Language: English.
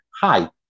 hi